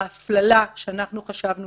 ההפללה, שאנחנו חשבנו